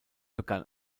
begann